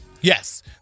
Yes